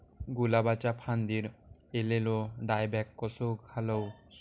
गुलाबाच्या फांदिर एलेलो डायबॅक कसो घालवं?